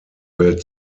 welt